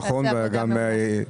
וגם השרה מירב כהן עשתה את זה נכון.